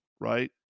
right